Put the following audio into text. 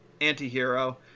anti-hero